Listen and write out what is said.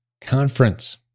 Conference